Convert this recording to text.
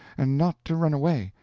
and not to run away,